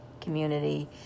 Community